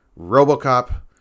Robocop